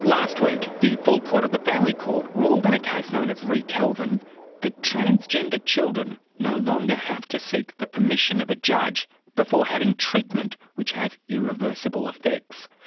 last week, the full court of the family court ruled in a case known as re kelvin that transgender children no longer have to seek the permission of a judge before having treatment which has irreversible effects.